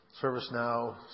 ServiceNow